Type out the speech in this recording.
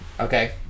Okay